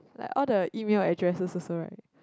like all the email addresses also right